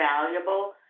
valuable